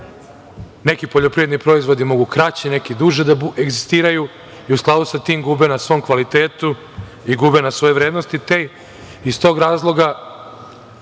Neki poljoprivredni proizvodi mogu kraće, neki duže da egzistiraju i u skladu sa tim gube na svom kvalitetu i gube na svojoj vrednosti. Iz tog razloga,